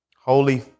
Holy